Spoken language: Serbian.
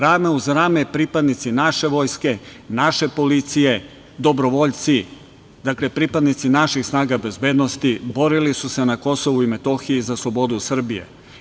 Rame uz rame pripadnici naše vojske, naše policije, dobrovoljci, pripadnici naših snaga bezbednosti borili su se na Kosovu i Metohiji za slobodu Srbije.